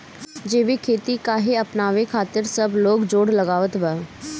जैविक खेती काहे अपनावे खातिर सब लोग जोड़ लगावत बा?